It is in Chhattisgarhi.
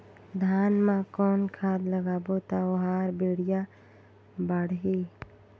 धान मा कौन खाद लगाबो ता ओहार बेडिया बाणही?